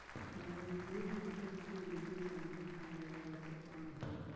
financial market खरीद बिक्री संबंधी काम लगी आवश्यक अंग हई